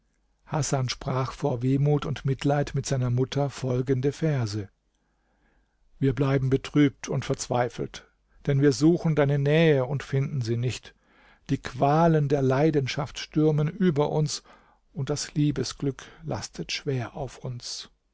hasan sprach vor wehmut und mitleid mit seiner mutter folgende verse wir bleiben betrübt und verzweifelt denn wir suchen deine nähe und finden sie nicht die qualen der leidenschaft stürmen über uns und das liebesglück lastet schwer auf uns